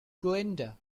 glinda